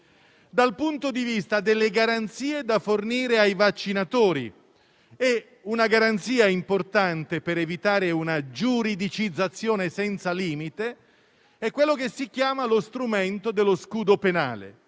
scolastica e delle garanzie da fornire ai vaccinatori. Una garanzia importante per evitare una giuridicizzazione senza limite è quella dello strumento dello scudo penale,